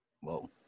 Whoa